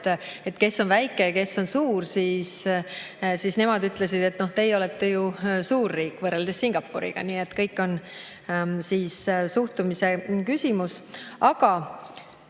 et kes on väike ja kes on suur, siis nemad ütlesid, et teie olete ju suur riik võrreldes Singapuriga. Nii et kõik on suhtumise küsimus.